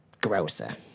grosser